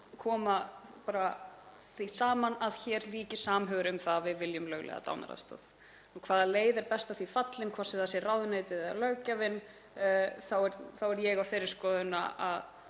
koma því saman að hér ríki samhugur um það að við viljum lögleiða dánaraðstoð. Hvaða leið er best til þess fallin, hvort sem það er ráðuneytið eða löggjafinn, þá er ég á þeirri skoðun að